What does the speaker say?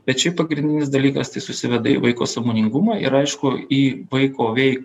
bet šiaip pagrindinis dalykas tai susiveda į vaiko sąmoningumą ir aišku į vaiko vei